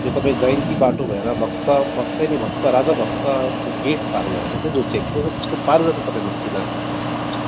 त्यो तपाईँ जयन्ती बाटो भएर बक्सा बक्सै नै भातखावा राजा भातखावाको गेट पार गरेर जो चेक पोस्ट छ त्यसको पार गरेर तपाईँ माथि लाग्न सक्नुहुन्छ